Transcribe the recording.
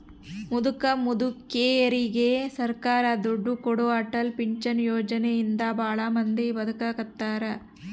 ಮುದುಕ ಮುದುಕೆರಿಗೆ ಸರ್ಕಾರ ದುಡ್ಡು ಕೊಡೋ ಅಟಲ್ ಪೆನ್ಶನ್ ಯೋಜನೆ ಇಂದ ಭಾಳ ಮಂದಿ ಬದುಕಾಕತ್ತಾರ